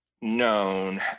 known